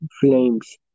Flames